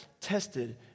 tested